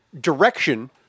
direction